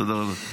תודה רבה.